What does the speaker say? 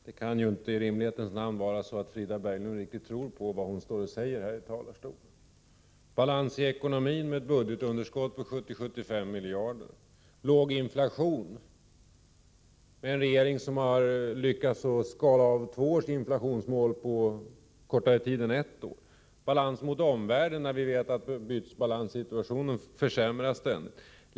Herr talman! Frida Berglund kan i rimlighetens namn inte tro på vad hon säger i denna talarstol. Balans i ekonomin — med ett budgetunderskott på 70-75 miljarder. Låg inflation — med en regering som har lyckats skala av två års inflationsmål på kortare tid än ett år. Balans mot omvärlden — när vi vet att bytesbalanssituationen ständigt försämras.